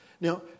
Now